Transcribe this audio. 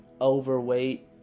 overweight